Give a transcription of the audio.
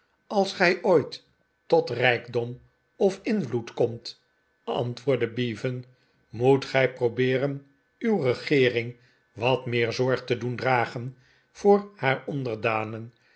ais gij ooit tot rijkdom of invloed komt antwoordde bevan moet gij probeeren uw regeering wat meer zorg te doen dragen voor haar onderdanen